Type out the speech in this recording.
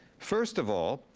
first of all,